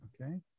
Okay